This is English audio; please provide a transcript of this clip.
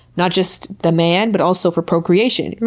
not just the man, but also for procreation.